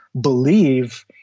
believe